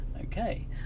Okay